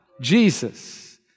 Jesus